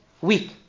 weak